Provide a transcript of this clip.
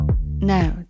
Now